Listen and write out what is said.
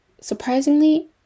surprisingly